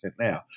now